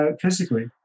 physically